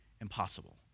impossible